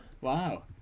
Wow